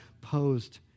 posed